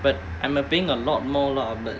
but I'm like paying a lot more lah but